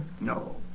No